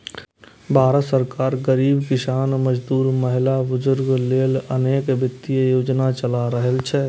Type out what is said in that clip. भारत सरकार गरीब, किसान, मजदूर, महिला, बुजुर्ग लेल अनेक वित्तीय योजना चला रहल छै